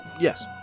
yes